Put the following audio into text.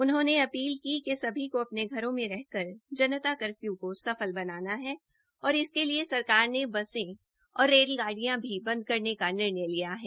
अनिल विज ने अपील की कि सभी को अपने घरों में रहकर जनता कर्फ्यू को सफल बनाना है और इसके लिए सरकार ने बसें और गाड़ियां भी बंद करने का निर्णय लिया है